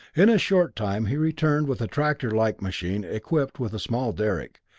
in a short time he returned with a tractor-like machine equipped with a small derrick,